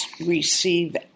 receive